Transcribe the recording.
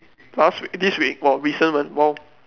last week this week !wow! recent one !wow!